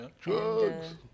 Drugs